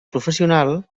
professional